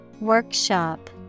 Workshop